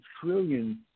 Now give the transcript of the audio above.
trillions